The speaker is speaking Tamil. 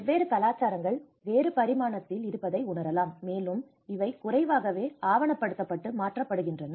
வெவ்வேறு கலாச்சாரங்கள் வேறு பரிமாணத்தில் இருப்பதை உணரலாம் மேலும் இவை குறைவாகவே ஆவணப்படுத்தப்பட்டு மாற்றப்படுகின்றன